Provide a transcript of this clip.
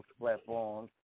platforms